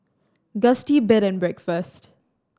Gusti Bed and Breakfast